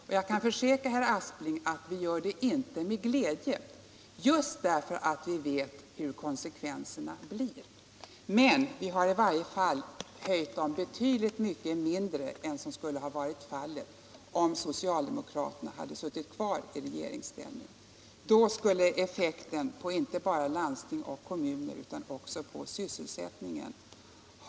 Men jag kan försäkra herr Aspling att vi inte gör det med glädje, eftersom vi vet konsekvenserna därav. Vi har emellertid höjt arbetsgivaravgifterna betydligt mindre än socialdemokraterna hade gjort om de suttit kvar i regeringsställning. Effekten skulle ha blivit utomordentligt allvarlig inte bara för landsting och kommuner utan också för hela sysselsättningen.